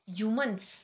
humans